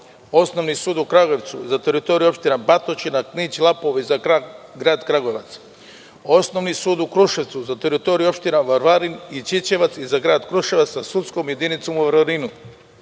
osnovni sud u Kragujevcu za teritoriju opštine Batočina, Knić, Lapovo i za Grad Kragujevac, osnovni sud u Kruševcu za teritoriju opštine Varvarin i Ćićevac i za Grad Kruševac sa sudskom jedinicom u Varvarinu,